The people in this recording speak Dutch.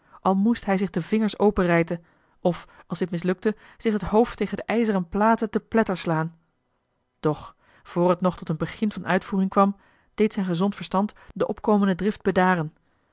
al moest hij zich de vingers open rijten of als dit mislukte zich het hoofd tegen de ijzeren platen te pletter te slaan doch voor het nog tot een begin van uitvoering kwam deed zijn gezond verstand de opkomende drift bedaren